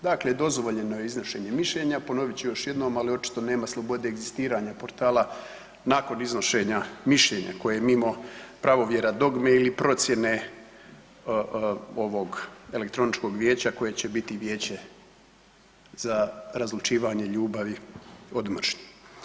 Dakle, dozvoljeno je iznošenje mišljenja, ponovit ću još jednom, ali očito nema slobode egzistiranja portala nakon iznošenja mišljenja koje je mimo pravovjera dogme ili procjene ovog elektroničkog vijeća koje će biti i Vijeće za razlučivanje ljubavi od mržnje.